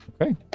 Okay